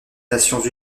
nations